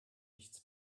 nichts